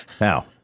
Now